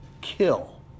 kill